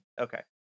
Okay